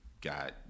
got